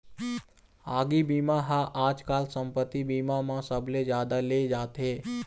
आगी बीमा ह आजकाल संपत्ति बीमा म सबले जादा ले जाथे